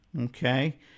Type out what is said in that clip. okay